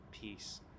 peace